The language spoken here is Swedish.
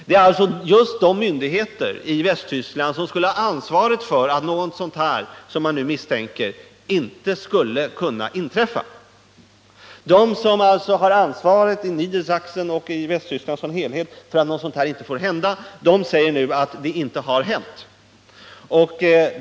Det är alltså just de myndigheter i Västtyskland som skulle ha haft ansvaret för att någonting sådant som det man nu misstänker inte skulle kunna inträffa. De som har ansvaret i Niedersachsen, och även i Västtyskland som helhet, för att något sådant inte får hända säger nu att det inte heller har hänt.